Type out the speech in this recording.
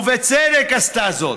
ובצדק עשתה זאת.